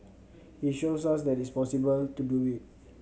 he shows us that it is possible to do it